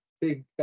big